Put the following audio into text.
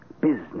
Business